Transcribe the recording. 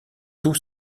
tout